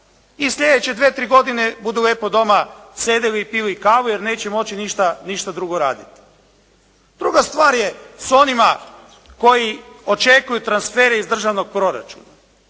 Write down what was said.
i sljedeće dvije, tri godine budu lepo doma sedili i pili kavu, jer neće moći ništa drugo raditi. Druga stvar je s onima koji očekuju transfere iz državnog proračuna.